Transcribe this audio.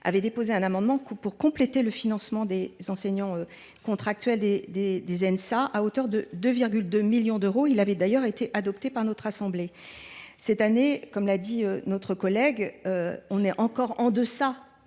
avait déposé un amendement visant à compléter le financement des enseignants contractuels des Ensa à hauteur de 2,2 millions d’euros. Il avait d’ailleurs été adopté par notre assemblée. Cette année, comme l’a dit notre collègue, la rémunération est encore en deçà,